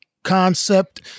concept